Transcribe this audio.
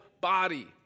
body